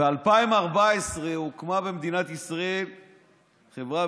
ב-2014 הוקמה במדינת ישראל חברה